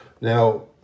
Now